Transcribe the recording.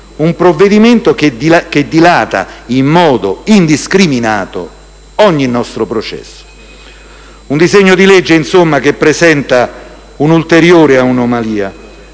un provvedimento che dilata in modo indiscriminato ogni processo. Si tratta di un disegno di legge che presenta un'ulteriore anomalia: